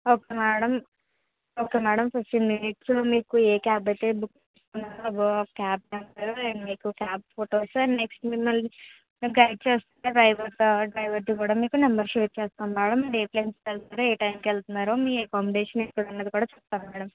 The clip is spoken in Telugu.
okay madam okay madam fifteen minutes మీకు ఏ క్యాబ్ అయితే బుక్ చేసుకున్నారో ఆ క్యాబ్ ఫోటోస్ అండ్ నెక్స్ట్ మిమల్ని కలెక్ట్ చేసుకున్నాక తరువాత డ్రైవర్ది కూడా నెంబర్ షేర్ చేస్తాము మేడం ఏ ప్లేస్కి వెళ్తున్నారు ఏ టైమ్కి వెళ్తున్నారు మీ అకామిడేషన్ ఎక్కడ ఉంది కూడా చెప్తాము మేడం